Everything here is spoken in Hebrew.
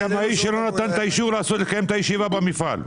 שזאת פעילות אחת מבין שלל הפעילויות של המפעל,